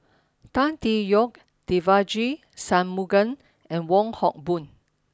Tan Tee Yoke Devagi Sanmugam and Wong Hock Boon